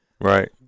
Right